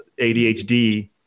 ADHD